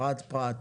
פרט-פרט,